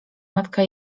matka